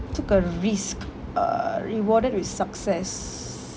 took a risk uh rewarded with success